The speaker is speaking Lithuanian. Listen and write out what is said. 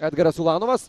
edgaras ulanovas